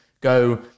go